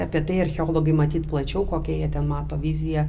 apie tai archeologai matyt plačiau kokią jie ten mato viziją